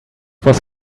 was